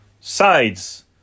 sides